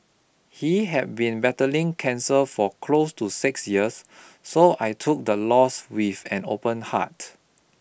he had been battling cancer for close to six years so I took the loss with an open heart